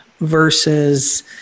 versus